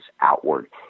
outward